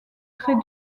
très